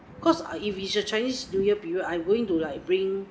because it's a chinese new year period I going to like bring